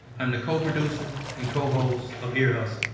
i'm the co-producer and co-host of ear hustle